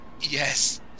Yes